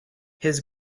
his